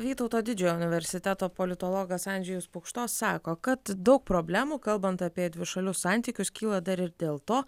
vytauto didžiojo universiteto politologas andžejus pukšto sako kad daug problemų kalbant apie dvišalius santykius kyla dar ir dėl to